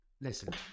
Listen